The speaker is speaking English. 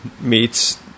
meets